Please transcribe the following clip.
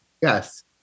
Yes